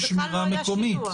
אז בכלל לא היה שינוע.